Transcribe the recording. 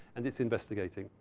and it's investigating.